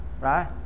right